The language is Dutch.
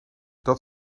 dat